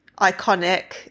iconic